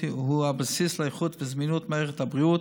הוא הבסיס לאיכות וזמינות של מערכת הבריאות,